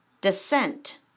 descent